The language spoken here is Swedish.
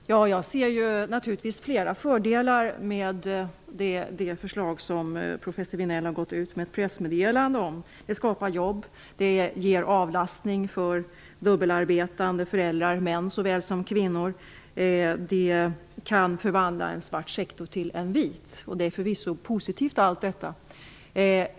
Fru talman! Jag ser naturligtvis flera fördelar med det förslag som professor Vinell har gått ut med ett pressmeddelande om. Det skapar jobb och ger avlastning för dubbelarbetande föräldrar, män såväl som kvinnor. Det kan förvandla en svart sektor till en vit. Allt detta är förvisso positivt.